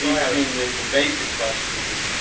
i mean, the basic question is,